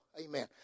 Amen